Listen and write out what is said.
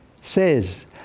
says